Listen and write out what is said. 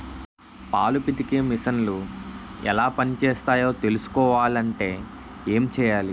పాలు పితికే మిసన్లు ఎలా పనిచేస్తాయో తెలుసుకోవాలంటే ఏం చెయ్యాలి?